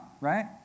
right